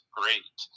great